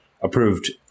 approved